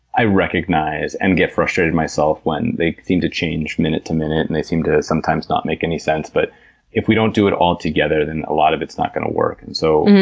i recognize and get frustrated myself when they seem to change minute to minute and they seem to sometimes not make any sense, but if we don't do it all together, then a lot of it's not going to work. and so,